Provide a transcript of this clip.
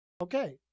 Okay